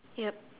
yup